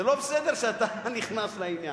זה לא בסדר שאתה נכנס לעניין.